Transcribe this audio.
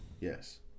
Yes